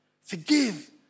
forgive